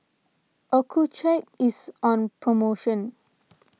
Accucheck is on promotion